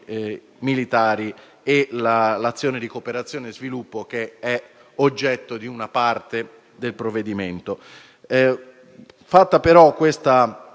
militari e l'azione di cooperazione allo sviluppo, oggetto di una parte del provvedimento